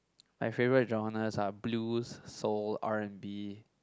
my favourite genres are blues soul R and B